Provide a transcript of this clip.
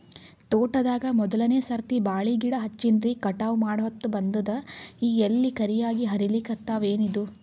ತೋಟದಾಗ ಮೋದಲನೆ ಸರ್ತಿ ಬಾಳಿ ಗಿಡ ಹಚ್ಚಿನ್ರಿ, ಕಟಾವ ಮಾಡಹೊತ್ತ ಬಂದದ ಈಗ ಎಲಿ ಕರಿಯಾಗಿ ಹರಿಲಿಕತ್ತಾವ, ಏನಿದು?